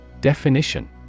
Definition